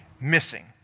missing